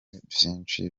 vyinshi